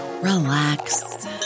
relax